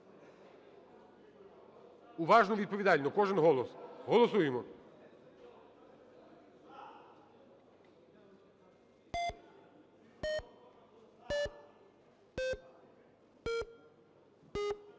Уважно, відповідально, кожен голос. Голосуємо.